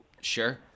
Sure